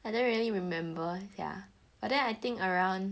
I don't really remember sia ya but then I think around